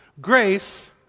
Grace